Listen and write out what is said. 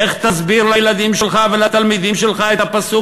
איך תסביר לילדים שלך ולתלמידים שלך את הפסוק